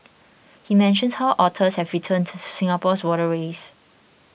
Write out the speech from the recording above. he mentions how otters have returned to Singapore's waterways